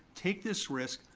take this risk,